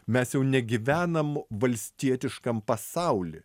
mes jau negyvenam valstietiškam pasauly